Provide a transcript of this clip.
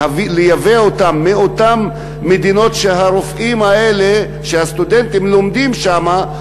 לייבא אותם מאותן מדינות שהסטודנטים לומדים בהן,